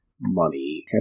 money